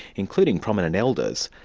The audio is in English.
including prominent elders,